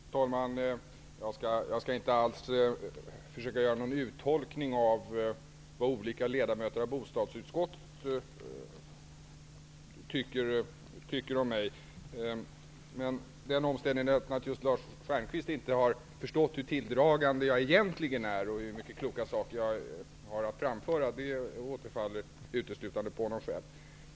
Fru talman! Jag skall inte alls försöka att göra någon uttolkning av vad olika ledamöter av bo stadsutskottet tycker om mig. Men den omstän digheten att just Lars Stjernkvist faktiskt inte har förstått hur tilldragande jag egentligen är och hur mycket kloka saker jag har att framföra återfaller uteslutande på honom själv.